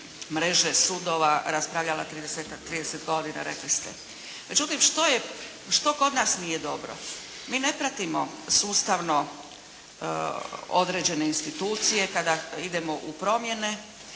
mreže sudova raspravljala 30 godina. Međutim što kod nas nije dobro? Mi ne pratimo sustavno određene institucije kada idemo u promjene,